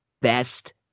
best